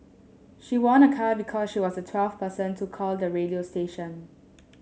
she won a car because she was the twelfth person to call the radio station